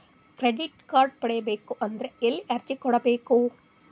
Credit card ಪಡಿಬೇಕು ಅಂದ್ರ ಎಲ್ಲಿ ಅರ್ಜಿ ಕೊಡಬೇಕು?